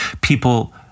People